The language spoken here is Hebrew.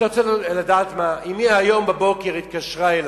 לוועדת הכלכלה נתקבלה.